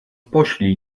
poślij